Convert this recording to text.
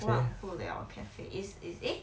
忘不了 cafe is is eh